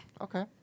Okay